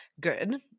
Good